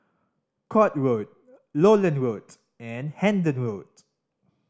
Court Road Lowland Road and Hendon Road